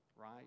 right